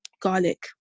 garlic